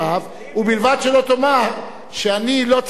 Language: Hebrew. ובלבד שלא תאמר שאני לא צודק כשאני